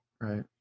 right